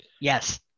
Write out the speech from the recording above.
Yes